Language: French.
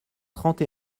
trente